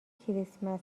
کریسمس